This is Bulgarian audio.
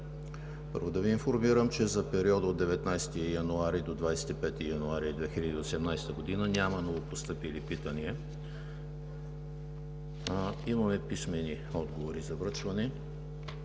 Първо да Ви информирам, че за периода от 19 до 25 януари 2018 г. няма новопостъпили питания. Имаме писмени отговори за връчване,